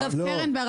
אני אסביר לך